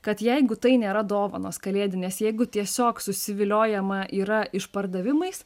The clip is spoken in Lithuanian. kad jeigu tai nėra dovanos kalėdinės jeigu tiesiog susiviliojama yra išpardavimais